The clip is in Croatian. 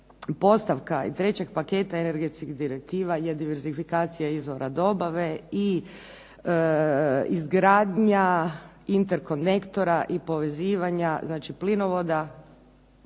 postavka i trećeg paketa energetskih direktiva je diverzifikacija izvora dobave i izgradnja interkonektora i povezivanja plinovoda